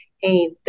hey